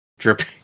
dripping